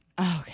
okay